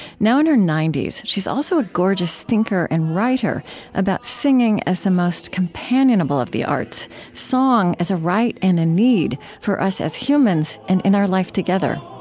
now in her ninety s, she is also a gorgeous thinker and writer about singing as the most companionable of the arts song as a right and a need for us as humans and in our life together